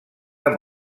amb